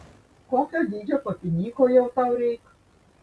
kokio dydžio papinyko jau tau reik